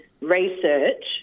research